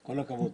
כל הכבוד